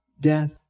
death